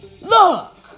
look